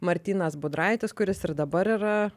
martynas budraitis kuris ir dabar yra